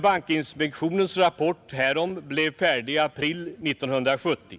Bankinspektionens rapport härom blev färdig i april 1970.